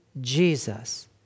Jesus